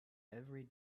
every